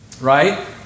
Right